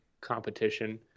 competition